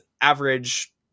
average